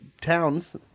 towns